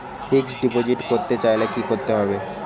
Fixed deposit করতে চাইলে কি করতে হবে?